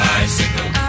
Bicycle